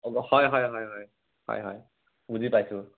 হয় হয় হয় হয় হয় হয় বুজি পাইছোঁ